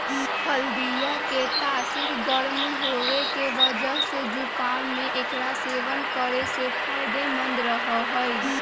हल्दीया के तासीर गर्म होवे के वजह से जुकाम में एकरा सेवन करे से फायदेमंद रहा हई